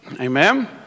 Amen